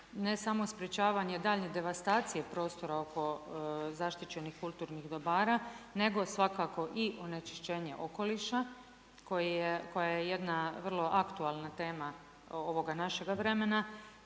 ne samo sprječavanje daljnje devastacije prostora oko zaštićenih kulturnih dobara nego svakako i onečišćenje okoliša koja je jedna vrlo aktualna tema ovoga našega vremena,